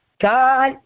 God